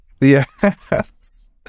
Yes